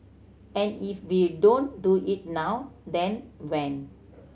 and if we don't do it now then when